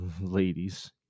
ladies